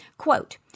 Quote